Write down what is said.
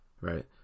right